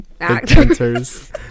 actors